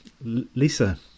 Lisa